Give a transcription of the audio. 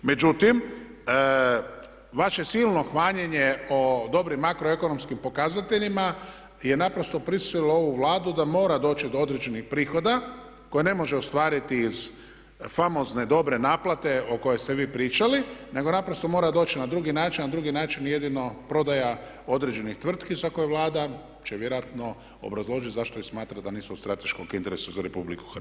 Međutim, vaše silno hvaljenje o dobrim makroekonomskim pokazateljima je naprosto prisililo ovu Vladu da mora doći do određenih prihoda koje ne može ostvariti iz famozne dobre naplate o kojoj ste vi pričali nego naprosto mora doći na drugi način a drugi način je jedino prodaja određenih tvrtki za koje Vlada će vjerojatno obrazložiti zašto ih smatra da nisu od strateškog interesa za RH.